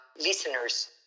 listeners